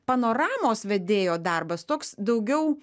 panoramos vedėjo darbas toks daugiau